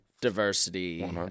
diversity